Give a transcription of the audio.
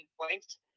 points